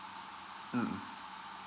mm